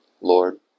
Lord